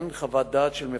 כנסת נכבדה,